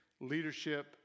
leadership